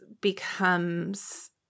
becomes